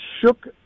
shook